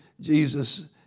Jesus